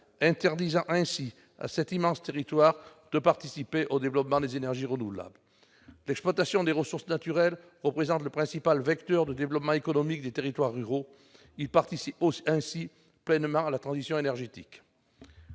interdisant ainsi à cet immense territoire de participer au développement des énergies renouvelables. L'exploitation des ressources naturelles représente le principal vecteur de développement économique des territoires ruraux. Ces derniers participent ainsi pleinement à la transition énergétique.